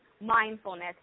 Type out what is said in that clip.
mindfulness